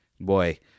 Boy